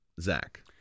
Zach